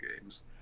games